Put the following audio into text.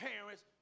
parents